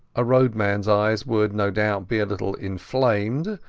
a roadmanas eyes would no doubt be a little inflamed,